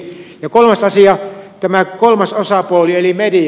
kolmas asia on tämä kolmas osapuoli eli media